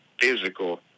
physical